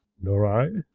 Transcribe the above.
nor i,